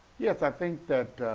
yes i think that,